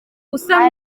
gusa